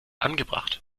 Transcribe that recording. angebracht